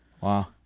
Wow